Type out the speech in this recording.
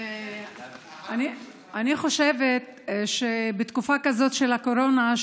אני חושבת שבתקופה כזאת של הקורונה,